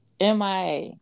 MIA